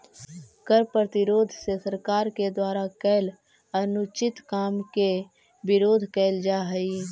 कर प्रतिरोध से सरकार के द्वारा कैल अनुचित काम के विरोध कैल जा हई